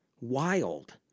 wild